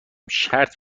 شرط